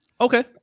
Okay